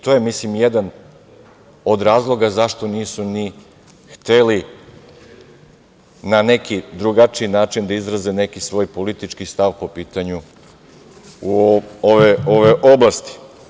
To je, ja mislim, jedan od razloga zašto nisu ni hteli na neki drugačiji način da izrade neki svoj politički stav po pitanju ove oblasti.